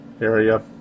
area